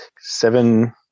seven